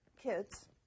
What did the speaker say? kids